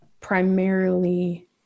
primarily